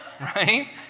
right